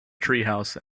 treehouse